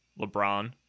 LeBron